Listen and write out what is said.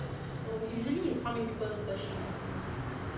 oh usually is how many people per shift